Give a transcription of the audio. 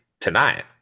tonight